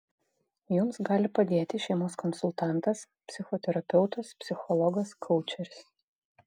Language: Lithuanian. jums gali padėti šeimos konsultantas psichoterapeutas psichologas koučeris